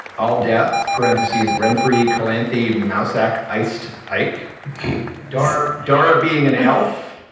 all deaths parentheses renfree calamity. mousex is't ike da da. being an elf,